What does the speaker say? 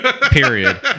Period